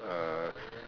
uh